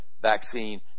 vaccine